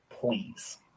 Please